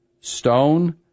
stone